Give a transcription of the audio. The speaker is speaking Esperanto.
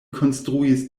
konstruis